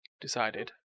decided